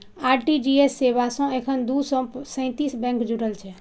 RTGS सेवा सं एखन दू सय सैंतीस बैंक जुड़ल छै